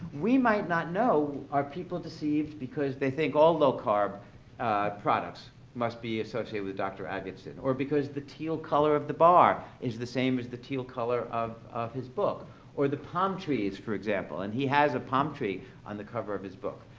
we might not know, are people deceived because they think all low-carb products must be associated with dr. agatston, or because the teal color of the bar is the same as the teal color of of his book or the palm trees, for example. and he has a palm tree on the cover of his book.